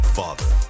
father